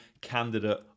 candidate